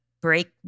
break